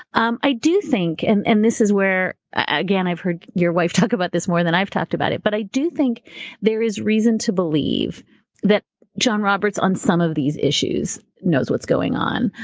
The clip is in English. um i do think, and and this is where, again, i've heard your wife talk about this more than i've talked about it, but i do think there is reason to believe that john roberts on some of these issues knows what's going on.